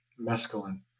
mescaline